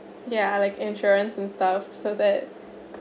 ya like insurance and stuff so that